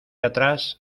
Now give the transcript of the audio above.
atrás